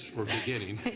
we're beginning.